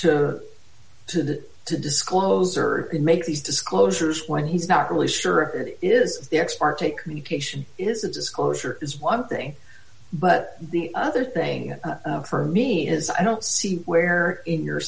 to to to disclose or make these disclosures when he's not really sure it is the ex parte communication is a disclosure is one thing but the other thing for me is i don't see where in your